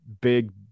big